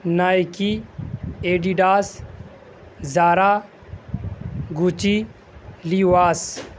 Nike Adidas Zara Gucci Levi's